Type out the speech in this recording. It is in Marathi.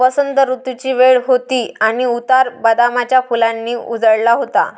वसंत ऋतूची वेळ होती आणि उतार बदामाच्या फुलांनी उजळला होता